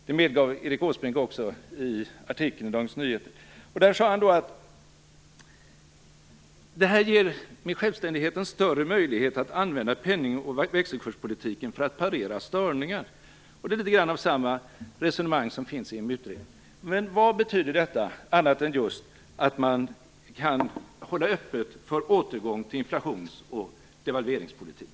Det medgav Erik Åsbrink också i en artikel i Dagens Nyheter. Där sade han att självständigheten ger större möjlighet att använda penningoch växelkurspolitiken för att parera störningar. Det är litet av samma resonemang som finns i EMU utredningen. Men vad betyder detta, annat än just att man kan hålla öppet för återgång till inflations och devalveringspolitik?